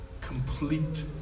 complete